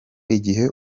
igihe